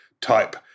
type